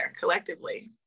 collectively